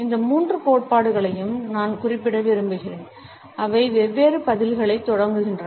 இந்த மூன்று கோட்பாடுகளையும் நான் குறிப்பிட விரும்புகிறேன் அவை வெவ்வேறு பதில்களைத் தொடங்குகின்றன